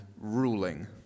ruling